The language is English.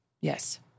Yes